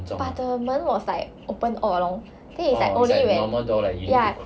but the 门 was like open all along then is like only when ya